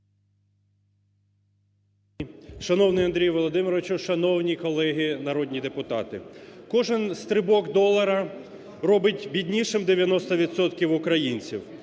Шановний Андрій Володимировичу, шановні колеги народні депутати! Кожен стрибок долара робить біднішим 90 відсотків